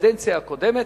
בקדנציה הקודמת.